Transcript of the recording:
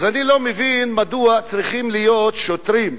אז אני לא מבין מדוע צריכים להיות שוטרים,